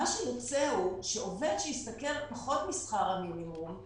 יוצא שעובד שהשתכר פחות משכר המינימום,